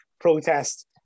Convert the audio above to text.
protest